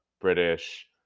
British